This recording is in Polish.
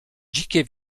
dzikie